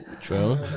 True